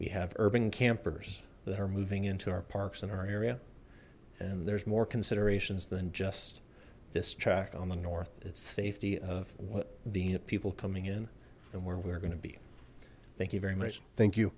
we have urban campers that are moving into our parks in our area and there's more considerations than just this track on the north it's safety of what the people coming in and where we're gonna be thank you very much thank you